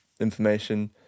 information